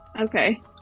Okay